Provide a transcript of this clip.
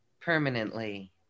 permanently